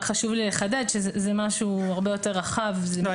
חשוב לי לחדד ולומר שזה משהו הרבה יותר רחב.